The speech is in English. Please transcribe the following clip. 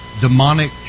demonic